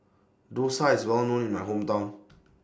Dosa IS Well known in My Hometown